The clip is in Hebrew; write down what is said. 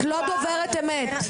את לא דוברת אמת.